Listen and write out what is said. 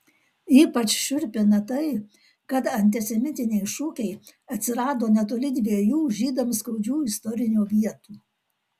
ypač šiurpina tai kad antisemitiniai šūkiai atsirado netoli dviejų žydams skaudžių istorinių vietų